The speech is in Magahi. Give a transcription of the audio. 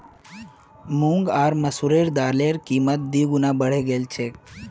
मूंग आर मसूरेर दालेर कीमत दी गुना बढ़े गेल छेक